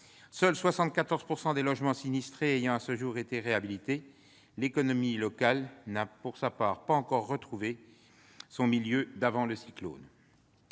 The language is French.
seuls 74 % des logements sinistrés ayant à ce jour été réhabilités. L'économie locale n'a pour sa part pas encore retrouvé son niveau d'avant l'ouragan.